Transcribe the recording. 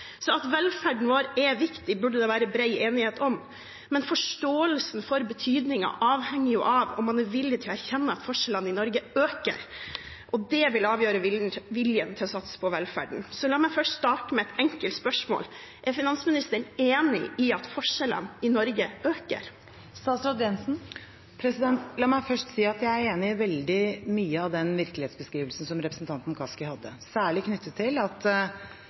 At velferden vår er viktig, burde det være bred enighet om, men forståelsen for betydningen avhenger av om man er villig til å erkjenne at forskjellene i Norge øker, og det vil avgjøre viljen til å satse på velferden. Så la meg først starte med et enkelt spørsmål: Er finansministeren enig i at forskjellene i Norge øker? La meg først si at jeg er enig i veldig mye av den virkelighetsbeskrivelsen som representanten Kaski hadde, særlig knyttet til at